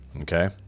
Okay